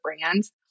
brands